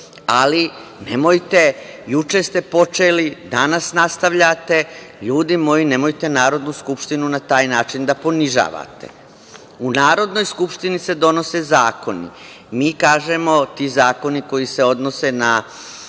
ali nemojte, juče ste počeli, danas nastavljate, ljudi moji, nemojte Narodnu skupštinu na taj način da ponižavate.U Narodnoj skupštini se donose zakoni. Mi kažemo, ti zakoni koji se odnose na